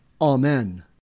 amen